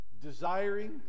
desiring